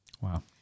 Wow